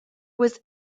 was